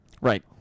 right